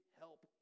help